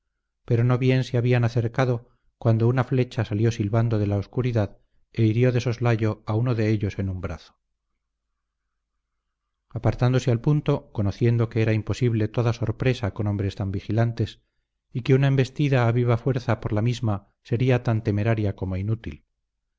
pero no bien se habían acercado cuando una flecha salió silbando de la oscuridad e hirió de soslayo a uno de ellos en un brazo apartáronse al punto conociendo que era imposible toda sorpresa con hombres tan vigilantes y que una embestida a viva fuerza por la misma sería tan temeraria como inútil